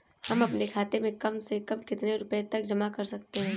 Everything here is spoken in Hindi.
हम अपने खाते में कम से कम कितने रुपये तक जमा कर सकते हैं?